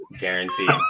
guaranteed